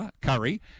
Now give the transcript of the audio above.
Curry